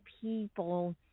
people